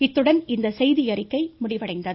இத்துடன் இந்த செய்தியறிக்கை முடிவடைந்தது